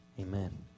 Amen